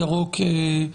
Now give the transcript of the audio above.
בחו"ל ואצלנו במשרד.